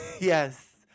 Yes